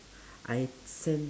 I send